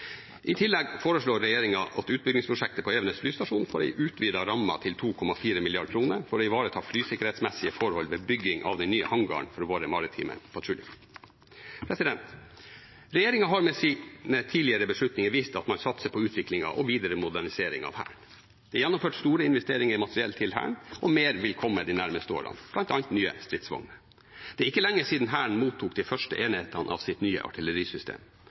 I tillegg foreslår regjeringen at utbyggingsprosjektet på Evenes flystasjon får utvidet rammen til 2,4 mrd. kr for å ivareta flysikkerhetsmessige forhold ved bygging av den nye hangaren for våre maritime patruljefly. Regjeringen har med sine tidligere beslutninger vist at man satser på utvikling av og videre modernisering av Hæren. Det er gjennomført store investeringer i materiell til Hæren, og mer vil komme de nærmeste årene, bl.a. nye stridsvogner. Det er ikke lenge siden Hæren mottok de første enhetene av sitt nye artillerisystem.